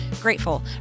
grateful